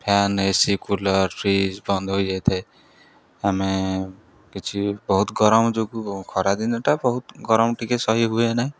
fan A C cooler fridge ବନ୍ଦ ହୋଇଯାଇଥାଏ ଆମେ କିଛି ବହୁତ ଗରମ ଯୋଗୁ ଖରାଦିନଟା ବହୁତ ଗରମ ଟିକେ ସହି ହୁଏ ନାହିଁ